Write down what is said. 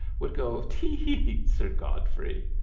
would go tee-hee, sir godfrey!